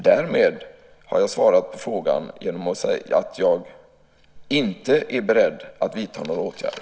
Därmed är jag inte beredd att vidta några åtgärder.